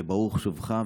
וברוך שובך,